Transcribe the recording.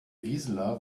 gisela